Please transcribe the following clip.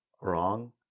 wrong